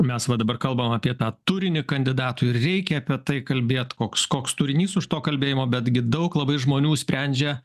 mes va dabar kalbam apie tą turinį kandidatui ir reikia apie tai kalbėt koks koks turinys už to kalbėjimo betgi daug labai žmonių sprendžia